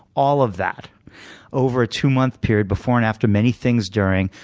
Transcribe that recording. all of that over a two-month period before and after, many things during,